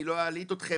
אני לא אלעיט אתכם,